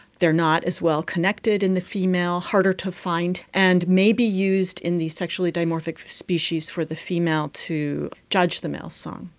they are not as well connected in the female, harder to find, and maybe used in these sexually dimorphic species for the female to judge the male's song.